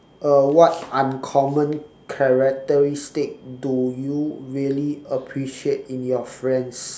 uh what uncommon characteristic do you really appreciate in your friends